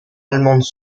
allemandes